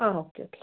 ആ okay okay